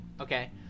Okay